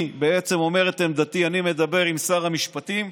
אני בעצם אומר את עמדתי, אני מדבר עם שר המשפטים,